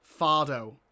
Fardo